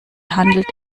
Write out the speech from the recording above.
handelt